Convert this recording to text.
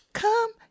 come